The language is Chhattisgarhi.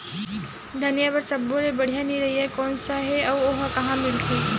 धनिया बर सब्बो ले बढ़िया निरैया कोन सा हे आऊ ओहा कहां मिलथे?